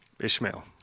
Ishmael